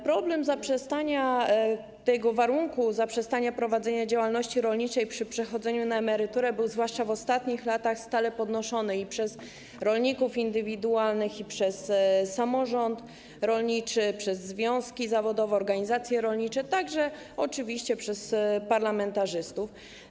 Problem dotyczący warunku zaprzestania prowadzenia działalności rolniczej przy przechodzeniu na emeryturę był zwłaszcza w ostatnich latach stale podnoszony przez rolników indywidualnych, przez samorząd rolniczy, przez związki zawodowe i organizacje rolnicze, oczywiście także przez parlamentarzystów.